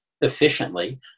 efficiently